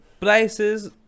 Prices